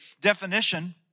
definition